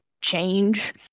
change